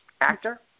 actor